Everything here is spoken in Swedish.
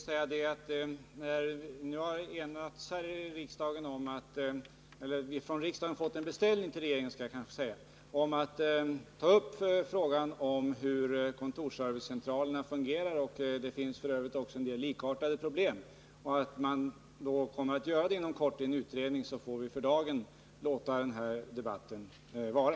Herr talman! När nu regeringen har fått en beställning från riksdagen om att ta upp frågan om hur kontorsservicecentralerna fungerar — det finns f. ö. en del likartade problem på andra håll — och när det inom kort skall göras en utredning, får vi för dagen låta debatten vila.